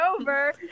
over